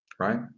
right